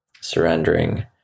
surrendering